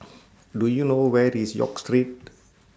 Do YOU know Where IS York Street